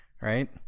right